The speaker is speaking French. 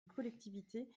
collectivité